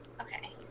Okay